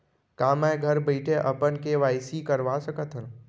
का मैं घर बइठे अपन के.वाई.सी करवा सकत हव?